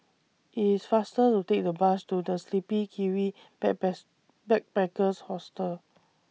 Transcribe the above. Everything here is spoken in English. IT IS faster to Take The Bus to The Sleepy Kiwi Backpackers Hostel